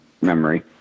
memory